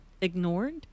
ignored